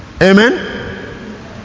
Amen